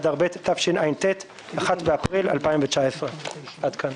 באדר ב' התשע"ט (1 באפריל 2019). עד כאן.